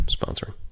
sponsoring